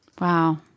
wow